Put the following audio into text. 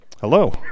Hello